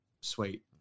sweet